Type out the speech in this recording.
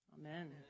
Amen